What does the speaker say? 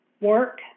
work